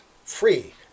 free